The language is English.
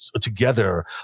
together